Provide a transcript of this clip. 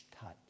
touch